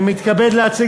אני מתכבד להציג